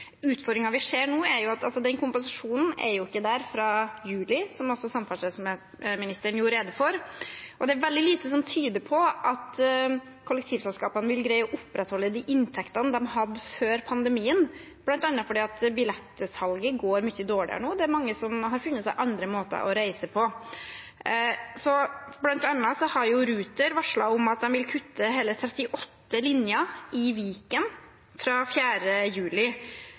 vi ser nå, er at den kompensasjonen ikke er der fra juli av, som også samferdselsministeren gjorde rede for. Det er veldig lite som tyder på at kollektivselskapene vil greie å opprettholde de inntektene de hadde før pandemien, bl.a. fordi billettsalget går mye dårligere nå. Det er mange som har funnet seg andre måter å reise på. Blant annet har Ruter varslet at de vil kutte hele 38 linjer i Viken fra 4. juli.